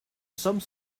some